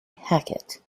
hackett